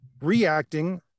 reacting